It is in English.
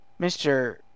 Mr